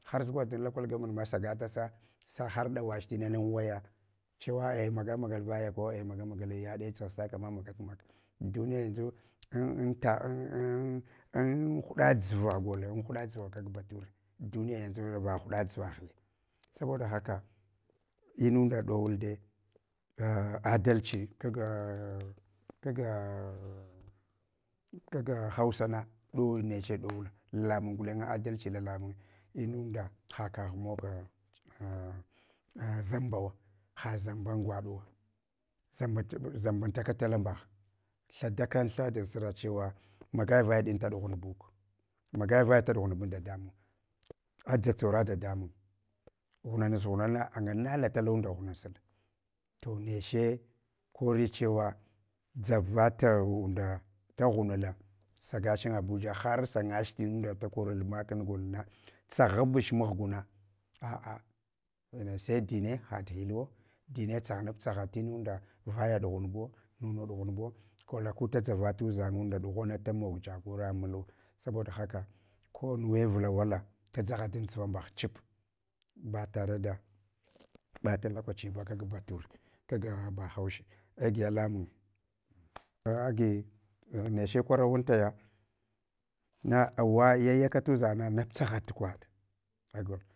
Harsukwagha dan local government sagatasa sa har ɗawach tinana an waya, chewa a maga magal vay ko a maga magalayaɗe dʒughastakama magaf maga, duniya yanʒu an ta an huɗa dʒuva golla, an hud dʒuva kag beture, duniya yanʒu va huɗa dʒuvaghiya. Saboda haka inunda dowudde adalci kaga, kaga, kaga, kaga hausana doun nache ɗowula camung gulen adalchi lalamung, inunda hakagh mog zambawa, ha zambe gwaɗuwo, zambantaka talam bagh thadaka thadan sura chewa maga vaɗinta ɗughanbu, magavaya da dughanban dadamunga aaʒa tsora dadamun ghunanus gwunalla no dgl anganala talunda ghumasal to neche chewa dʒavata unda daghunla saga chin abuja har sangach inunda takorue magtun golna tsaghabch mahguna a’a’ sai dine hatu ghuhuwo, dine tsaghabtsagha timunda vaya ɗughambuwo, munu dughanbuwo fila guda dʒava tuʒan ganda dughana da mag jogora mulwa saboda haka ko hwe vulawala da dʒagha dan dʒuvan bagh chip batareda bata lokaciba kag bature, kaga bahaushe, agi alamun aagi neche kwarawantaya, na awa yayaka hdʒan ngna anabtsaghat gwaɗ.